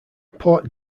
port